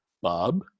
Bob